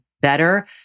better